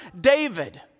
David